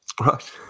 Right